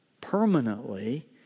Permanently